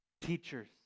Teachers